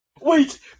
Wait